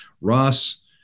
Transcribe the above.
Ross